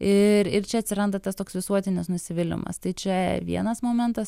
ir ir čia atsiranda tas toks visuotinis nusivylimas tai čia vienas momentas